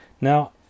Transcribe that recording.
Now